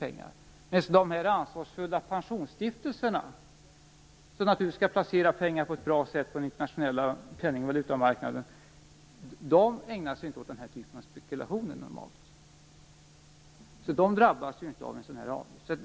Medan de ansvarsfulla pensionsstiftelserna, som naturligtvis skall placera pengar på ett bra sätt på den internationella penning och valutamarknaden, ägnar sig normalt inte åt den typen av spekulationer. De drabbas inte av en sådan avgift.